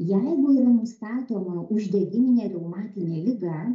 jeigu yra nustatoma uždegiminė reumatinė liga